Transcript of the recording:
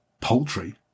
Poultry